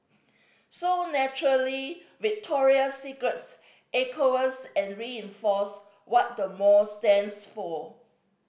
so naturally Victoria's Secret echoes and reinforces what the mall stands for